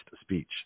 speech